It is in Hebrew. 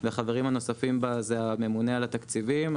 והחברים הנוספים בה הם הממונה על התקציבים,